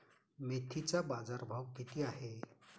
मेथीचा बाजारभाव किती आहे?